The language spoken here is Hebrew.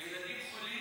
הילדים החולים